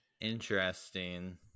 Interesting